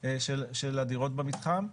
של הדירות במתחם,